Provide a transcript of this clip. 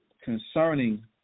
concerning